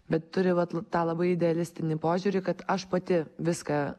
bet turi va tą labai idealistinį požiūrį kad aš pati viską